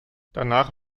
danach